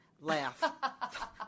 laugh